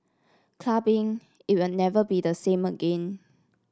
clubbing even never be the same again